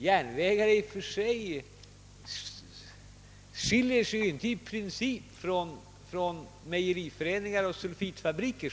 Järnvägar skiljer sig inte i princip från mejeriföreningar och sulfitfabriker.